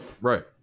Right